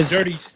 Dirty